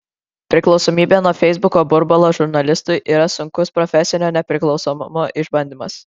priklausomybė nuo feisbuko burbulo žurnalistui yra sunkus profesinio nepriklausomumo išbandymas